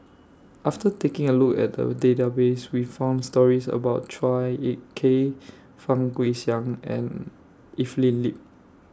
after taking A Look At The Database We found stories about Chua Ek Kay Fang Guixiang and Evelyn Lip